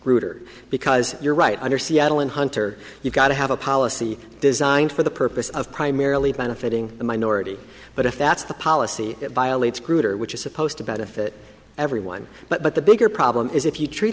or because you're right under seattle in hunter you've got to have a policy designed for the purpose of primarily benefiting the minority but if that's the policy it violates cruder which is supposed to benefit everyone but the bigger problem is if you treat